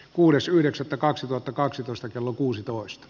kuudes yhdeksättä kaksituhattakaksitoista kello kuusitoista